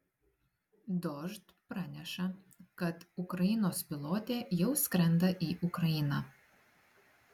dožd praneša kad ukrainos pilotė jau skrenda į ukrainą